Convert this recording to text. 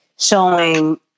showing